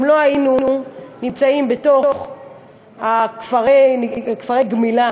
אם לא היינו נמצאים בכפרי גמילה,